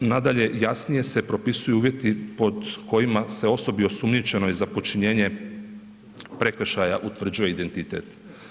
Nadalje, jasnije se propisuju uvjeti pod kojima se osobi osumnjičenoj za počinjenje prekršaja utvrđuje identitet.